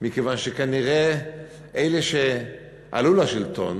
מכיוון שכנראה אלה שעלו לשלטון